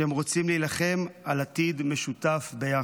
שהם רוצים להילחם על עתיד משותף ביחד.